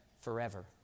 forever